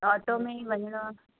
auto में ई वञिणो आहे